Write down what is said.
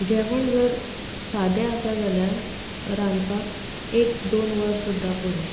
जेवण जर सादें आसा जाल्यार रांदपाक एक दोन वर सुद्दा पुरो